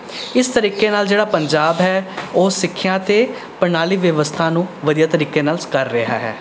ਇਸ ਤਰੀਕੇ ਨਾਲ ਜਿਹੜਾ ਪੰਜਾਬ ਹੈ ਉਹ ਸਿੱਖਿਆ ਅਤੇ ਪ੍ਰਣਾਲੀ ਵਿਵਸਥਾ ਨੂੰ ਵਧੀਆ ਤਰੀਕੇ ਨਾਲ ਕਰ ਰਿਹਾ ਹੈ